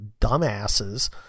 dumbasses